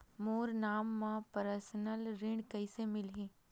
मोर नाम म परसनल ऋण कइसे मिलही?